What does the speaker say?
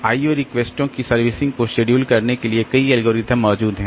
IO रिक्वेस्टों की servicing को शेड्यूल करने के लिए कई एल्गोरिदम मौजूद हैं